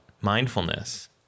mindfulness